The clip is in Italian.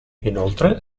inoltre